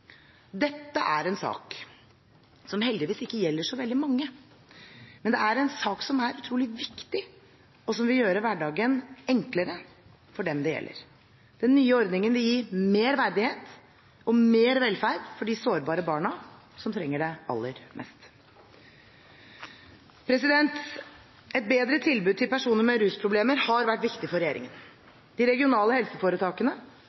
Dette er en sak som heldigvis ikke gjelder så veldig mange, men det er en sak som er utrolig viktig, og som vil gjøre hverdagen enklere for dem det gjelder. Den nye ordningen vil gi mer verdighet og mer velferd for de sårbare barna som trenger det aller mest. Et bedre tilbud til personer med rusproblemer har vært viktig for